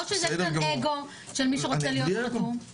או שזה אגו של מי שרוצה להיות חתום.